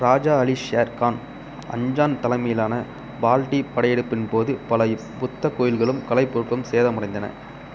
ராஜா அலி ஷேர்கான் அஞ்சான் தலைமையிலான பால்டி படையெடுப்பின் போது பல புத்த கோயில்களும் கலைப்பொருட்களும் சேதமடைந்தன